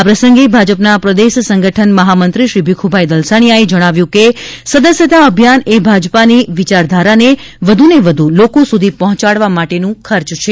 આ પ્રસંગે ભાજપના પ્રદેશ સંગઠન મહામંત્રી શ્રી ભીખુભાઇ દલસાણીયાએ જણાવ્યું હતું કે સદસ્યતા અભિયાન એ ભાજપાની વિચારધારાને વધુને વધુ લોકો સુધી પહોંચાડવા માટેનું ખર્ચ છે